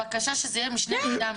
הבקשה שזה יהיה משני צידי המתרס,